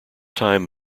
time